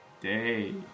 day